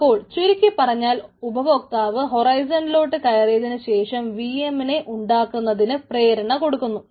അപ്പോൾ ചുരുക്കി പറഞ്ഞാൽ ഉപഭോക്താവ് ഹൊറൈസണിലോട്ട് കയറിയതിനു ശേഷം vm നെ ഉണ്ടാക്കുന്നതിന് പ്രേരണ കൊടുക്കുന്നു